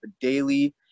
daily